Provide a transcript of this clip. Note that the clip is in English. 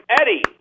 Eddie